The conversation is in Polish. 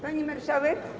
Pani Marszałek!